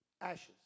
ashes